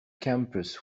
campus